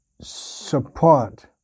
support